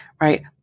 right